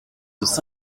séance